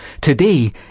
Today